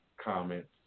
comments